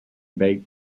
baked